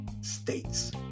states